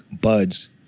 Buds